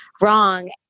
wrong